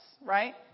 right